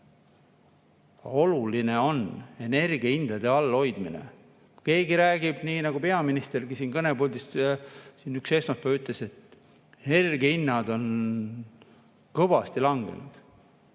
Oluline on energiahindade all hoidmine. [Mõni] räägib nii, nagu peaministergi siin kõnepuldis üks esmaspäev ütles, et energiahinnad on kõvasti langenud.